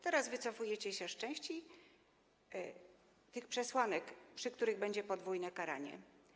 Teraz wycofujecie się z części tych przesłanek, w przypadku których będzie podwójne karanie.